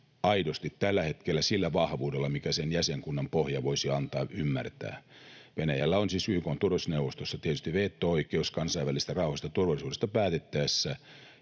aidosti tällä hetkellä sillä vahvuudella kuin mitä sen jäsenkunnan pohja voisi antaa ymmärtää. Venäjällä on siis YK:n turvallisuusneuvostossa tietysti veto-oikeus kansainvälisestä rauhasta ja turvallisuudesta päätettäessä,